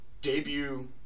Debut